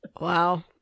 Wow